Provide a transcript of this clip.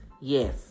Yes